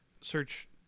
search